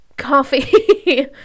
coffee